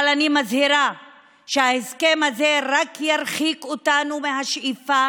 אבל אני מזהירה שההסכם הזה רק ירחיק אותנו מהשאיפה